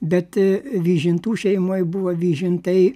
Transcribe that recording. bet vyžintų šeimoj buvo vyžintai